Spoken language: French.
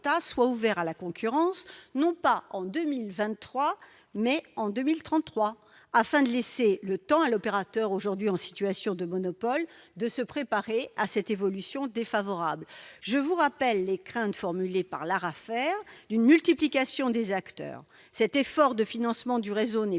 soient ouverts à la concurrence, non pas en 2023, mais en 2033, afin de laisser à l'opérateur aujourd'hui en situation de monopole le temps de se préparer à cette évolution défavorable. Je vous rappelle les craintes, formulées par l'ARAFER, d'une multiplication des acteurs dans le secteur. L'effort de financement du réseau n'est